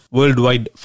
Worldwide